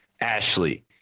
Ashley